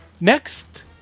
Next